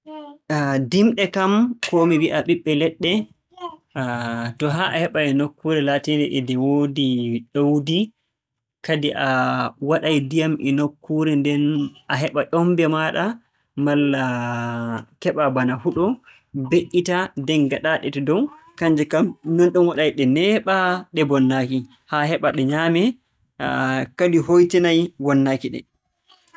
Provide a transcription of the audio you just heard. Dimɗe kam koo mi wi'a ɓiɓɓe leɗɗe, so haa a heɓay nokkuure laatiinde e nde woodi ɗowdi kadi a waɗay ndiyam e nokkuure nden a heɓa ƴommbe maaɗa malla keɓaa bana huɗu mbe''itaa, nden ngaɗaa-ɗe to dow. Kannje kam nonɗum waɗay ɗe neeɓa ɗe mbonnaaki, haa heɓa ɗe nyaamee, kadi hoytinay wonnaaki-ɗe.